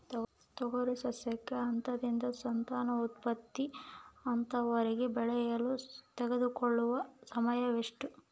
ತೊಗರಿ ಸಸ್ಯಕ ಹಂತದಿಂದ ಸಂತಾನೋತ್ಪತ್ತಿ ಹಂತದವರೆಗೆ ಬೆಳೆಯಲು ತೆಗೆದುಕೊಳ್ಳುವ ಸಮಯ ಎಷ್ಟು?